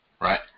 right